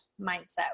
mindset